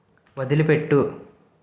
వదిలిపెట్టు